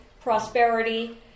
Prosperity